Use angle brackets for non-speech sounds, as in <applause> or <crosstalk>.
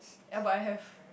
ya but I have <breath>